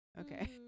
Okay